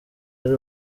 ari